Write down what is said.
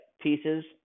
pieces